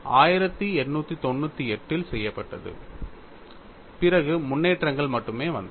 இது 1898 இல் செய்யப்பட்டது பிறகு முன்னேற்றங்கள் மட்டுமே வந்தன